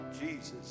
Jesus